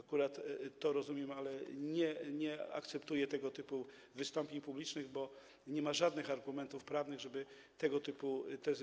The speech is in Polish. To akurat rozumiem, ale nie akceptuję tego typu wystąpień publicznych, bo nie ma żadnych argumentów prawnych, żeby głosić tego typu tezy.